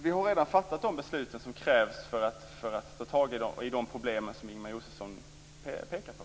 Vi har redan fattat de beslut som krävs för att ta tag i de problem som Ingemar Josefsson pekar på.